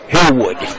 Hillwood